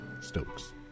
Stokes